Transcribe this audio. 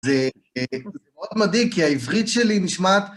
זה מאוד מדהים, כי העברית שלי נשמעת...